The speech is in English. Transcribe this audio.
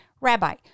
Rabbi